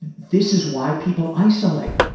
this is why people isolate.